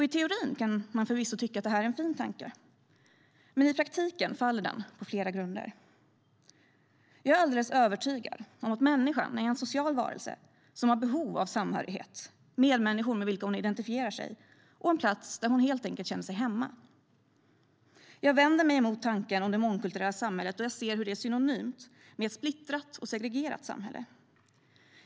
I teorin kan man förvisso tycka att det är en fin tanke, men i praktiken faller den på flera grunder. Jag är alldeles övertygad om att människan är en social varelse som har behov av samhörighet med medmänniskor med vilka hon identifierar sig och en plats där hon helt enkelt känner sig hemma. Jag vänder mig mot tanken om det mångkulturella samhället, då jag ser hur det är synonymt med ett splittrat och segregerat samhälle.